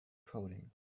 coding